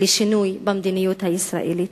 לשינוי במדיניות הישראלית.